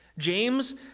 James